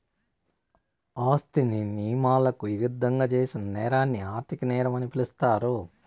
ఆస్తిని నియమాలకు ఇరుద్దంగా చేసిన నేరాన్ని ఆర్థిక నేరం అని పిలుస్తారు